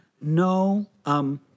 no